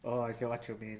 oh I get what you mean